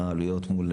עלויות מול